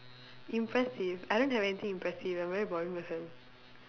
impressive I don't have anything impressive I'm a very boring person